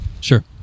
Sure